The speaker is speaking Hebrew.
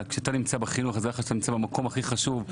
אבל תדע לך שכשאתה נמצא בחינוך אתה נמצא במקום הכי חשוב,